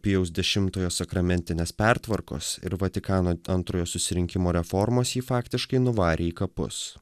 pijaus dešimtojo sakramentinės pertvarkos ir vatikano antrojo susirinkimo reformos jį faktiškai nuvarė į kapus